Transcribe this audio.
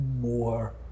more